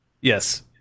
Yes